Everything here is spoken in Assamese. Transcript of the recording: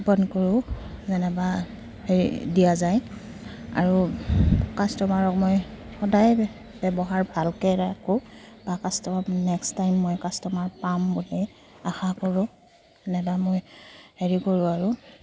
কৰোঁ যেনিবা হেৰি দিয়া যায় আৰু কাষ্টমাৰক মই সদায় ব্যৱহাৰ ভালকৈ ৰাখোঁ বা কাষ্টমাৰ নেক্সট টাইম মই কাষ্টমাৰক পাম বুলি আশা কৰোঁ যেনিবা মই হেৰি কৰোঁ আৰু